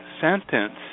sentence